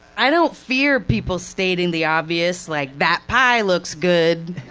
i don't fear people stating the obvious, like that pie looks good